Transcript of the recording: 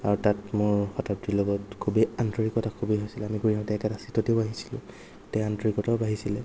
আৰু তাত মোৰ শতাব্দীৰ লগত খুবেই আন্তৰিকতা খুবেই হৈছিলে আমি ঘূৰি আহোতে একেটা চিটতে বহিছিলোঁ তেতিয়া আন্তৰিকতাও বাঢ়িছিলে